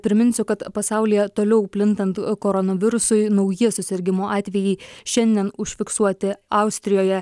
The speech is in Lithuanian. priminsiu kad pasaulyje toliau plintant koronavirusui nauji susirgimo atvejai šiandien užfiksuoti austrijoje